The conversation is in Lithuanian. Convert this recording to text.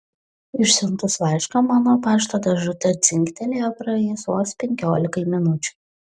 išsiuntus laišką mano pašto dėžutė dzingtelėjo praėjus vos penkiolikai minučių